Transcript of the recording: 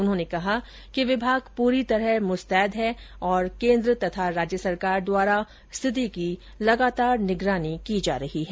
उन्होंने कहा कि विभाग पूरी तरह मुस्तैद है तथा केन्द्र और राज्य सरकार द्वारा स्थिति की लगातार निगरानी की जा रही है